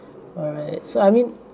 alright so I mean